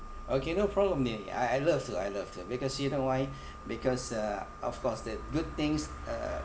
okay no problem I I love to I love to because you know why because uh of course the good things uh